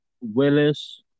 Willis